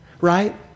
right